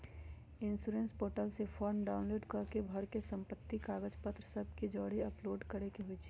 insurance portal से form download कऽ के भर के संबंधित कागज पत्र सभ के जौरे अपलोड करेके होइ छइ